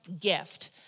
gift